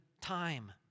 time